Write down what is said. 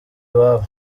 iwabo